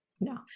no